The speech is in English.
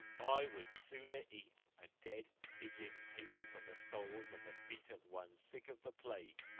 i would sooner eat a dead pigeon taken from the soles of the feet of one sick of the plague,